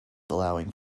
allowing